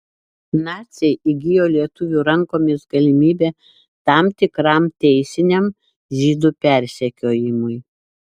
naciai įgijo lietuvių rankomis galimybę tam tikram teisiniam žydų persekiojimui